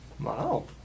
Wow